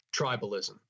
tribalism